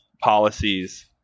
policies